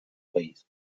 país